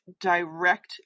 direct